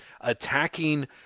attacking